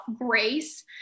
grace